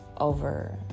over